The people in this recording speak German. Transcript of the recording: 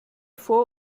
vor